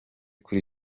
kuri